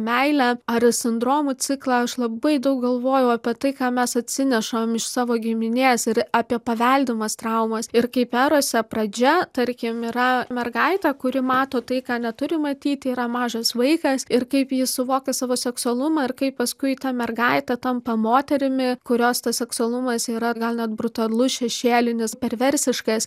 meilę ar sindromų ciklą aš labai daug galvojau apie tai ką mes atsinešam iš savo giminės ir apie paveldimas traumas ir kaip erose pradžia tarkim yra mergaitė kuri mato tai ką neturi matyti yra mažas vaikas ir kaip ji suvokia savo seksualumą ar kaip paskui ta mergaitė tampa moterimi kurios tas seksualumas yra gal net brutalus šešėlinis perversiškas